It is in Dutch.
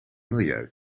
milieu